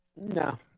No